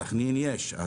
סכנין יש.